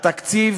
התקציב